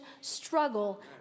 struggle